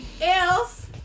else